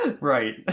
right